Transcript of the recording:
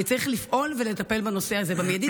וצריך לפעול ולטפל בנושא הזה מיידית,